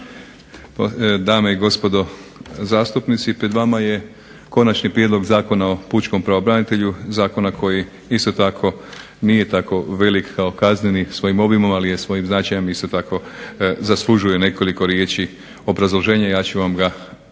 dame i gospodo zastupnici. Pred vama je Konačni prijedlog Zakona o pučkom pravobranitelju, zakona koji isto tako nije tako velik kao Kazneni svojim obimom, ali svojim značajem isto tako zaslužuje nekoliko riječi obrazloženja, ja ću vam ga pokušati